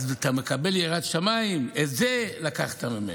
אז אתה מקבל יראת שמיים, את זה לקחת ממני.